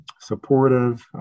supportive